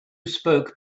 spoke